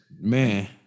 Man